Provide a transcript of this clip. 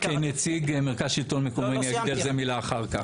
כנציג מרכז שלטון מקומי אני אגיד על זה מילה אחר כך.